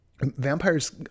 Vampires